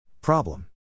Problem